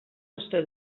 uste